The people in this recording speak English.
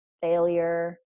failure